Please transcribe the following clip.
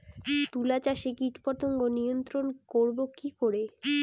তুলা চাষে কীটপতঙ্গ নিয়ন্ত্রণর করব কি করে?